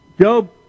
Job